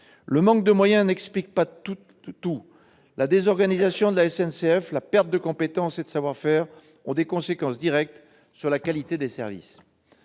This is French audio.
Le manque de moyens n'explique pas tout ; la désorganisation de la SNCF, la perte de compétences et de savoir-faire ont des conséquences directes sur la qualité des services.